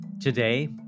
Today